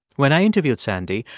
when i interviewed sandy,